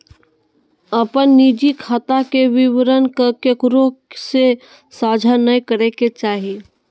अपन निजी खाता के विवरण केकरो से साझा नय करे के चाही